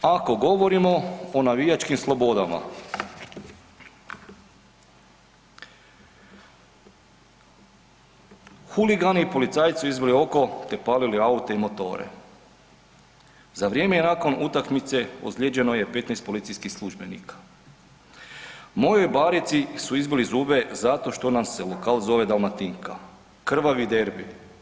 Ako govorimo o navijačkim slobodama huligani policajcu izbili oko te palili aute i motore, za vrijeme i nakon utakmice ozlijeđeno je 15 policijskih službenika, mojoj Barici su izbili zube zato što nam se lokal zove Dalmatinka, krvavi derbi.